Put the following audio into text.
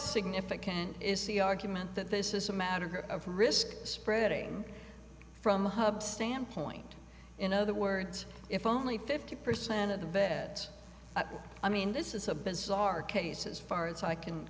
significant is the argument that this is a matter of risk spreading from a hub standpoint in other words if only fifty percent of the bat i mean this is a bizarre case as far as i can